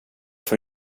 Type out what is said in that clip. får